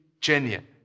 genuine